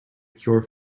cure